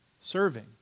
Serving